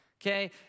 okay